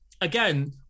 again